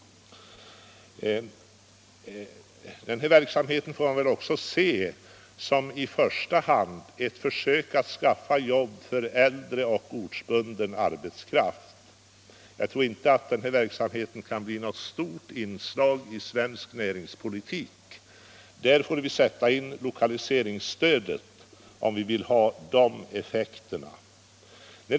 Verksamheten får också ses som i första hand ett försök att skaffa jobb för äldre och ortsbunden arbetskraft. Jag tror inte att det kan bli något stort inslag i svensk näringspolitik — där får vi sätta in lokaliseringsstödet om vi vill ha de effekterna.